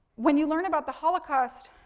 when you learn about the holocaust,